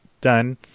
done